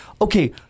okay